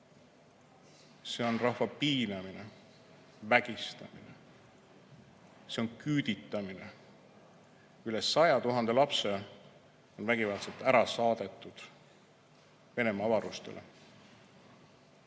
See on rahva piinamine, vägistamine. See on küüditamine, üle 100 000 lapse on vägivaldselt ära saadetud Venemaa avarustesse.